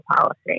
policy